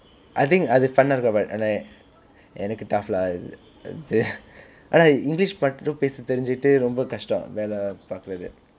I think அது:athu fun ah இருக்கும்:irukkum but ஆனா எனக்கு:aanaa enakku tough lah ஆனா:aana english மட்டும் பேச தெரிந்துட்டு ரொம்ப கஷ்டம் வேலை பார்க்கிறது:mattum pesa therinthuttu romba kastam velai paarkirathu